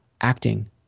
acting